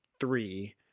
three